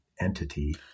entity